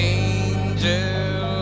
angel